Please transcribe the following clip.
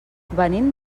venim